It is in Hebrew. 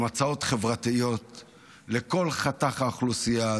הן הצעות חברתיות לכל חתך האוכלוסייה,